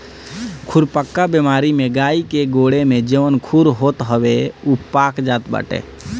खुरपका बेमारी में गाई के गोड़े में जवन खुर होत हवे उ पाक जात बाटे